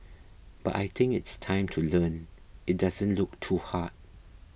but I think it's time to learn it doesn't look too hard